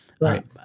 right